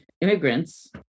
immigrants